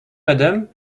madame